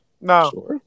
No